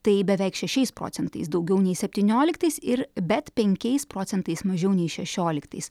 tai beveik šešiais procentais daugiau nei septynioliktais ir bet penkiais procentais mažiau nei šešioliktais